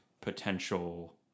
potential